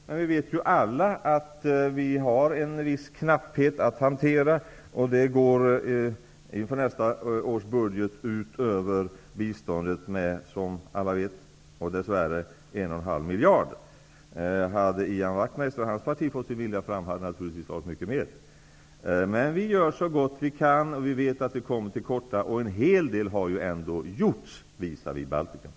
Vi vet alla att vi har en viss knapphet att hantera. Som alla vet går detta ut över biståndet i nästa års budget. Dess värre är det fråga om 1,5 miljarder kronor. Hade Ian Wachtmeister och hans parti fått sin vilja fram hade det naturligtvis varit fråga om mer. Vi gör så gott vi kan, och vi vet att vi kommer till korta. En hel del har ju ändå gjorts visavi Baltikum.